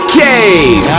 cave